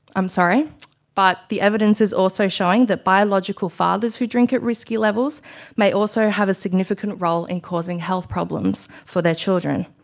um but the evidence is also showing that biological fathers who drink at risky levels may also have a significant role in causing health problems for their children.